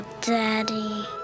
Daddy